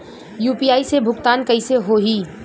UPI से भुगतान कइसे होहीं?